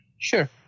Sure